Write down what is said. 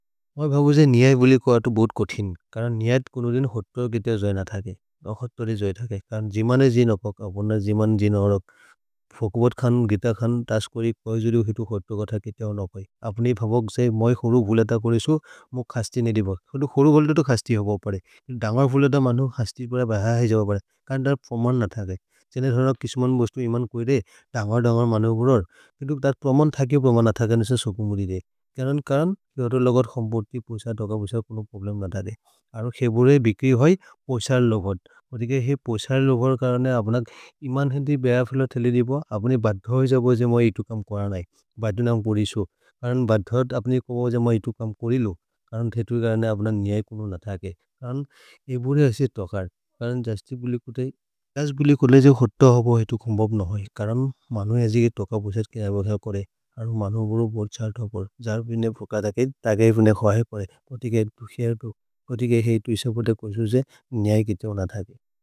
मैं भाभो जे नियाइ बोली को अटो बोड कठिन, कारान नियाइ कुनो दिन होट्टरो गीतरो जोय ना थाके, ना होट्टरो जोय थाके, कारान जी माने जी ना पक। अपना जी मान जी ना अरोग, फोकवरखान, गीतरखान, टाशकरी, पयजुरी, हीटु, होट्टरो गाठा खंबर्ती, पोशार, टकापोशार, कुनो पबलेम ना दादे, अरोग हे बुरे बिक्री होई। पोशार लोभड, उठीके हे पोशार लोभड कारान आपना इमान हेंदी बैया फिला थेली डिबा, आपनी बाद्धा होई जाबा जे मैं हीटु काम करा नाई, बाद्धा नाम परीशो। कारान बाद्धा आपनी कोबा जे मैं हीटु काम करीलो, कारान थेटु कारान आपना नियाई कुनो ना थाके, कारान एबुरे है से टकार, कारान जास्ति बुली कोटे। काश बुली कोले जे होट्टा होबो ही थु खुमबब नहुई, कारान मानु याजी के टका बोचेर के लाइबगा करे, और मानु बोरो बोड चाल थपर, जार बीने फोका थाके। तागेवने होई परे, कोटी के इतु हीटु, कोटी के हीटु इसे इसे नियाई किते होना था के।